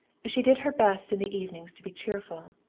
she did her best in the evenings to be cheerful,